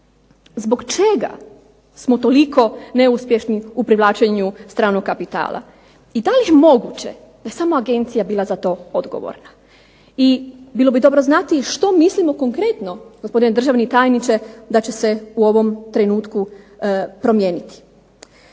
zbog čega smo toliko neuspješni u privlačenju stranog kapitala? I da li je moguće da je samo agencija bila za to odgovorna? I bilo bi dobro znati što mislimo konkretno, gospodine državni tajniče, da će se u ovom trenutku promijeniti?